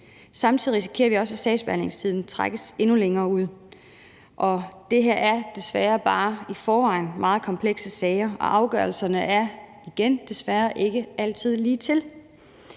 Samtidig risikerer vi også, at sagsbehandlingstiden trækkes endnu længere ud. Og det her er desværre i forvejen meget komplekse sager, og afgørelserne er – igen desværre – ikke altid ligetil.